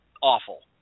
awful